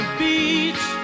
beach